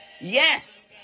Yes